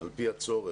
על פי הצורך.,